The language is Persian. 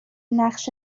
نقش